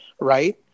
right